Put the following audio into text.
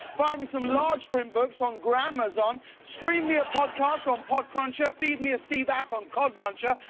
buy me some large print books on grandmazon, stream me a podcast on podcruncher, feed me a sea bass on codmuncher,